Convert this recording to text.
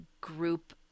group